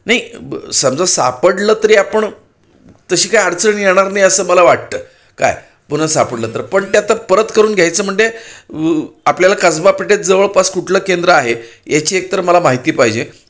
नाही समजा सापडलं तरी आपण तशी काय अडचण येणार नाही असं मला वाटतं काय पुन्हा सापडलं तर पण त्यात परत करून घ्यायचं म्हणजे आपल्याला कसबा पेठेत जवळपास कुठलं केंद्र आहे याची एकतर मला माहिती पाहिजे